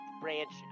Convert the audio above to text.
branch